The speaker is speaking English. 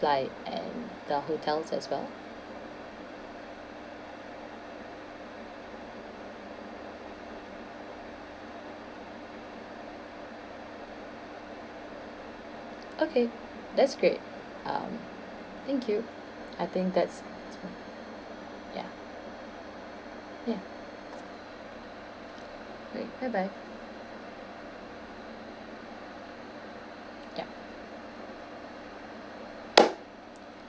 flight and the hotels as well okay that's great um thank you I think that's ya ya alright bye bye yup